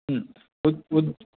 उद् उद्